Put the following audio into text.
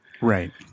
right